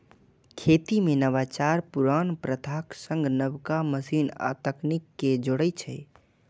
खेती मे नवाचार पुरान प्रथाक संग नबका मशीन आ तकनीक कें जोड़ै छै